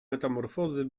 metamorfozy